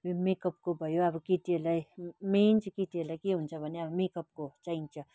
यो मेकअपको भयो अब केटीहरूलाई मेन चाहिँ केटीहरूलाई के हुन्छ भने अब मेकअपको चाहिन्छ